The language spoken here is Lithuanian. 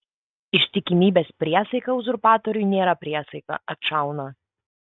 ištikimybės priesaika uzurpatoriui nėra priesaika atšauna